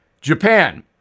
Japan